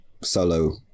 solo